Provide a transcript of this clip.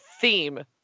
theme